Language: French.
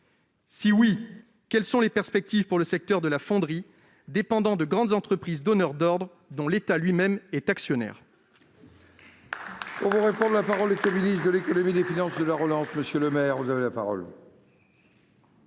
Si oui, quelles sont les perspectives pour le secteur de la fonderie, qui dépend de grandes entreprises donneuses d'ordre, dont l'État lui-même est actionnaire ?